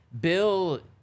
Bill